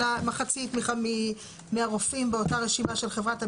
אלא מחצית מהרופאים באותה רשימה של חברת הביטוח,